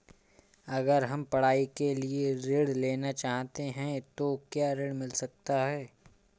अगर हम पढ़ाई के लिए ऋण लेना चाहते हैं तो क्या ऋण मिल सकता है?